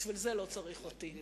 בשביל זה לא צריך אותי.